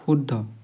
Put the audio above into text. শুদ্ধ